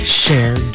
share